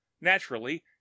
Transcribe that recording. naturally